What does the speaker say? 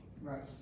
Right